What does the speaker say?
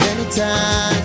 Anytime